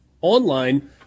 online